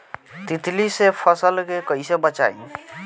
तितली से फसल के कइसे बचाई?